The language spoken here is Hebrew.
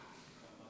תודה